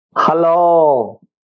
Hello